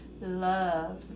love